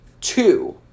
two